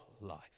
life